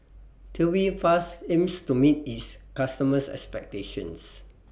Tubifast aims to meet its customers' expectations